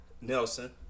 Nelson